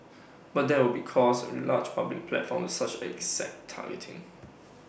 but that would be cost large public platforms with such exact targeting